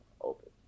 open